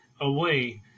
away